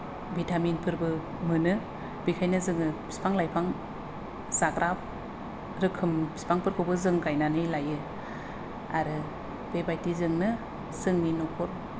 भिटामिनफोरबो मोनो बेखायनो जोङो बिफां लाइफां जाग्रा रोखोम बिफांफोरखौबो जों गायनानै लायो आरो बेबायदि जोंनो जोंनि न'खर